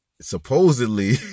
supposedly